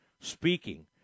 speaking